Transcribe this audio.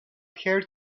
heard